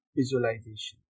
visualization